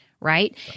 right